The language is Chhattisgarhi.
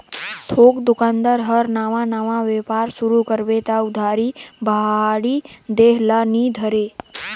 थोक दोकानदार हर नावा नावा बेपार सुरू करबे त उधारी बाड़ही देह ल नी धरे